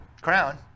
crown